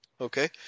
Okay